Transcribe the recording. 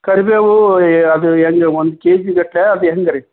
ಕರಿಬೇವು ಅದು ಹೆಂಗೆ ಒಂದು ಕೆ ಜಿಗಟ್ಟಲೆ ಅದು ಹೆಂಗ್ ರೀ